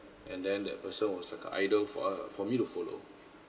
and then that person was like a idol for uh for me to follow